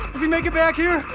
if you make it back here,